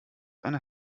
eine